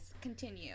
continue